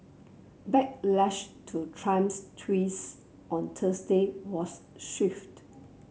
backlash to Trump's tweets on Thursday was swift